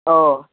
ꯑꯧ